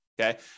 okay